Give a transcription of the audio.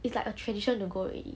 it's like a tradition to go already